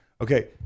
Okay